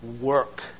Work